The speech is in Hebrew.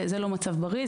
זה לא מצב בריא,